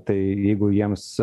tai jeigu jiems